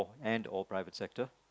and or private sector